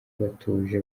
batuje